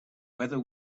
whether